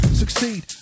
succeed